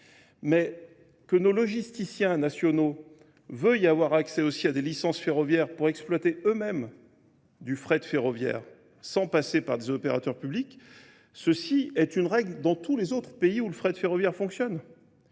Mais que nos logisticiens nationaux veuillent avoir accès aussi à des licences ferroviaires pour exploiter eux-mêmes du frais de ferroviaire sans passer par des opérateurs publics, ceci est une règle dans tous les autres pays où le frais de ferroviaire fonctionne.